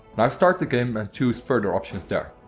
now start the game and choose further options there.